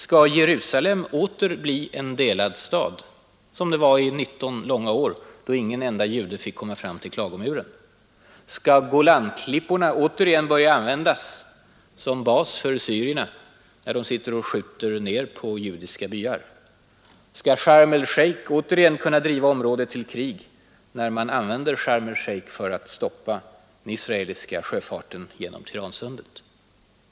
Skall Jerusalem åter bli en delad stad som det var i 19 långa år, då ingen enda jude fick komma fram till Klagomuren? Skall Golanklipporna åter igen börja användas som bas för syrierna, där de sitter och skjuter ned på judiska byar? Skall Sharm el-Sheikh än en gång kunna driva området till krig, när man använder Sharm el-Sheikh för att stoppa den israeliska sjöfarten genom Tiransundet?